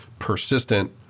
persistent